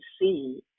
see